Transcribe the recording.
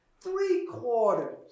Three-quarters